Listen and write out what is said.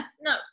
No